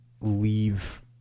leave